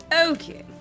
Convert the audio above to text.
Okay